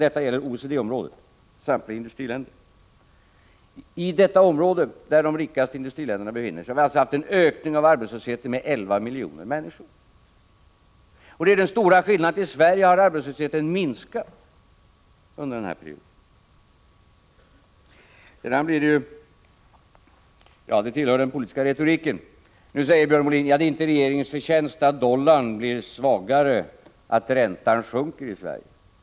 I detta område, som omfattar de rikaste industriländerna, har alltså arbetslösheten ökat med 11 miljoner människor. Den stora skillnaden är ju den att arbetslösheten har minskat i Sverige under den här perioden. Nu säger Björn Molin — och det tillhör ju den politiska retoriken — att det inte är regeringens förtjänst att dollarn blir svagare och att räntan sjunker i Sverige.